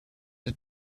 had